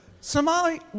Somali